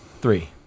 Three